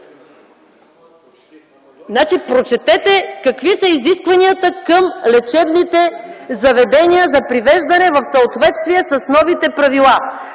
Прочетете какви са изискванията към лечебните заведения за привеждане в съответствие с новите правила.